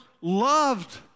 loved